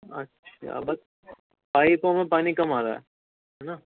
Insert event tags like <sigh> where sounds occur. اچھا <unintelligible> پائپوں میں پانی کم آرہا ہے ہے نا